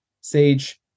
Sage